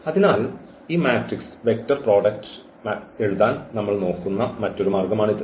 അതിനാൽ ഈ matrix vector product എഴുതാൻ നമ്മൾ നോക്കുന്ന മറ്റൊരു മാർഗമാണിത്